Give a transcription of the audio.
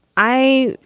i